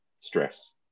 stress